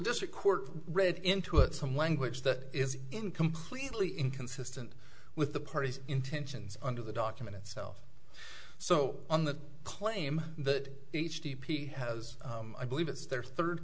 district court read into it some language that is in completely inconsistent with the party's intentions under the document itself so on the claim that h t t p has i believe it's their third